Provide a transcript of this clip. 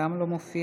גם לא מופיע,